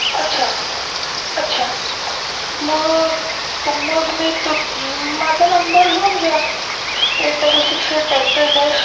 अच्छा अच्छा मग मग मी तु माझा नंबर लिहून घ्या eight double six eight dash dash dash